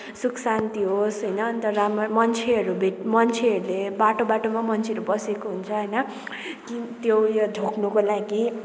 सुख शान्ति होस् होइन अन्त राम्रो मान्छेहरू भेट मान्छेहरूले बाटो बाटोमा मान्छेहरू बसेको हुन्छ होइन कि त्यो उयो ढोक्नुको लागि